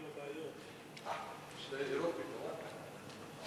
ולא כדאי,